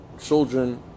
children